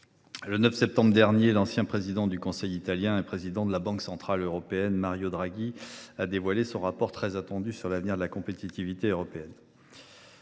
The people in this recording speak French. le 9 septembre dernier, l’ancien président du Conseil italien et ancien président de la Banque centrale européenne, Mario Draghi, a dévoilé son rapport très attendu sur l’avenir de la compétitivité européenne.